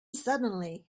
suddenly